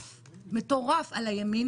אנחנו שלושה נציגי ליכוד,